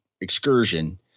excursion